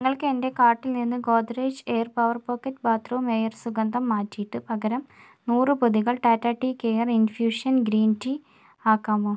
നിങ്ങൾക്ക് എന്റെ കാർട്ടിൽ നിന്ന് Godrej air power pocket bathroom air സുഗന്ധം മാറ്റിയിട്ട് പകരം നൂറ് പൊതികൾ Tata tea care infusion green tea ആക്കാമോ